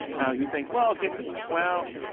now, you'd think, well, okay, um well,